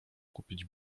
kupić